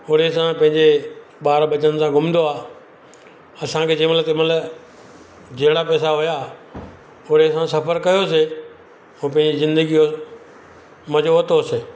ओड़े सां पैंजे ॿार बचनि सां घुमंदो आहे असांखे जंहिं महिल तंहिं महिल जहिड़ा पैसा हुआ ओहिड़े सां सफ़र कयोसीं ऐं पंहिंजी जिंदगी यो मजो वरितोसीं